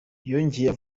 yongera